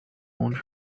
onde